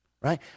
Right